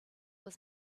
was